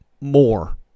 More